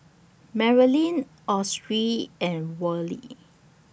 Merilyn Autry and Worley